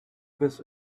this